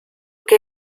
que